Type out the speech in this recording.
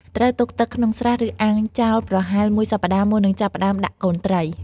ត្រូវទុកទឹកក្នុងស្រះ ឬអាងចោលប្រហែលមួយសប្តាហ៍ មុននឹងចាប់ផ្តើមដាក់កូនត្រី។